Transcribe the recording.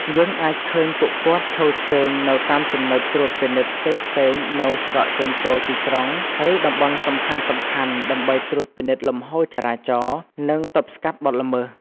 យើងអាចឃើញពួកគាត់ឈរជើងនៅតាមចំណុចត្រួតពិនិត្យផ្សេងៗនៅច្រកចេញចូលទីក្រុង ឬតំបន់សំខាន់ៗ ដើម្បីត្រួតពិនិត្យលំហូរចរាចរណ៍ និងទប់ស្កាត់បទល្មើស។